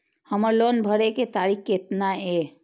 हमर लोन भरे के तारीख केतना ये?